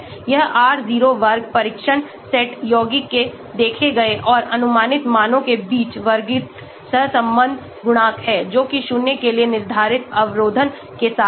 यह r0 वर्ग परीक्षण सेट यौगिकों के देखे गए और अनुमानित मानों के बीच वर्गित सहसंबंध गुणांक है जो कि शून्य के लिए निर्धारित अवरोधन के साथ है